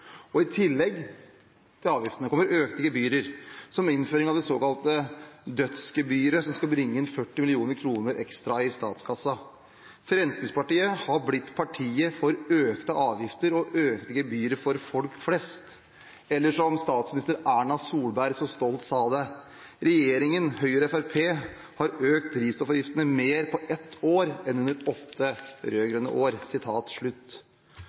I tillegg til avgiftene kommer økte gebyrer, som innføringen av det såkalte dødsgebyret, som skal bringe inn 40 mill. kr ekstra i statskassen. Fremskrittspartiet har blitt partiet for økte avgifter og økte gebyrer for folk flest, eller som statsminister Erna Solberg så stolt sa det: Regjeringen, Høyre og Fremskrittspartiet, har økt drivstoffavgiftene mer på ett år enn under åtte rød-grønne år.